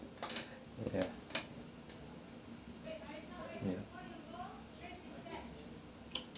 ya ya